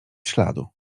śladu